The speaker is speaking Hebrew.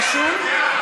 רשום?